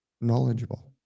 knowledgeable